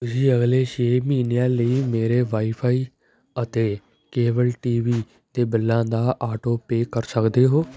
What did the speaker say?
ਤੁਸੀਂਂ ਅਗਲੇ ਛੇ ਮਹੀਨਿਆਂ ਲਈ ਮੇਰੇ ਵਾਈਫ਼ਾਈ ਅਤੇ ਕੇਬਲ ਟੀ ਵੀ ਦੇ ਬਿੱਲਾਂ ਦਾ ਆਟੋਪੇਅ ਕਰ ਸਕਦੇ ਹੋ